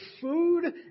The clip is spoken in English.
food